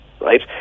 right